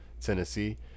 Tennessee